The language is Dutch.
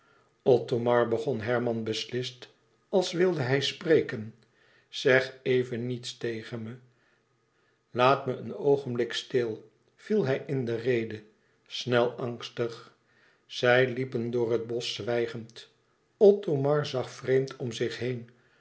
othomar begon herman beslist als wilde hij spreken zeg even niets tegen me laat me een oogenblik stil viel hij in de rede snel angstig zij liepen door het bosch zwijgend othomar zag vreemd om zich heen